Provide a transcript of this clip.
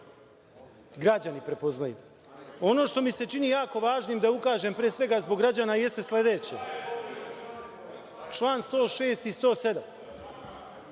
građani prepoznaju. Ono što mi se čini jako važnim da ukažem pre svega zbog građana jeste sledeće …Član 106. i 107.…pre